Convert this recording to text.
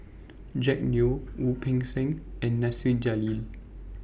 Jack Neo Wu Peng Seng and Nasir Jalil